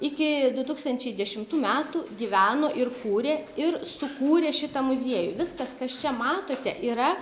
iki du tūkstančiai dešimtų metų gyveno ir kūrė ir sukūrė šitą muziejų viskas kas čia matote yra